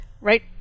right